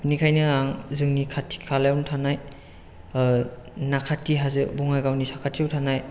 बेनिखायनो आं जोंनि खाथि खालायावनो थानाय नाखाथि हाजो बङाइगावनि साखाथियाव थानाय